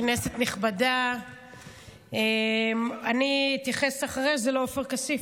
כנסת נכבדה, אני אתייחס אחרי זה לעופר כסיף.